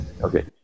Okay